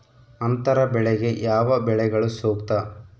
ಅಂತರ ಬೆಳೆಗೆ ಯಾವ ಬೆಳೆಗಳು ಸೂಕ್ತ?